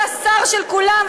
אתה שר של כולם,